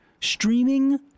Streaming